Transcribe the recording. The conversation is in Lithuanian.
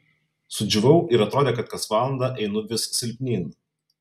sudžiūvau ir atrodė kad kas valandą einu vis silpnyn